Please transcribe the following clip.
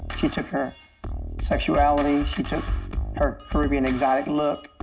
she took her sexuality, she took her caribbean exotic look,